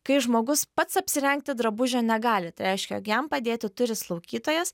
kai žmogus pats apsirengti drabužio negali tai reiškia jog jam padėti turi slaugytojas